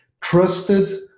trusted